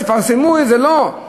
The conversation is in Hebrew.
תפרסמו את זה, לא.